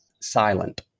silent